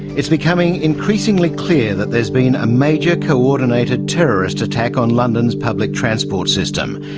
it's becoming increasingly clear that there has been a major coordinated terrorist attack on london's public transport system.